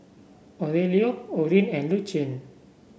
Aurelio Orin and Lucien